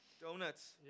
Donuts